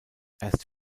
erst